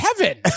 heaven